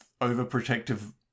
overprotective